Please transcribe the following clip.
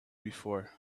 before